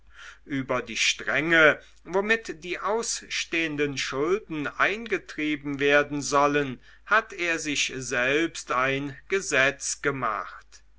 über die strenge womit die ausstehenden schulden eingetrieben werden sollen hat er sich selbst ein gesetz gemacht